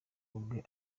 ubwe